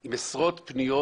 יש עשרות פניות